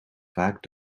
vaak